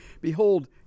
Behold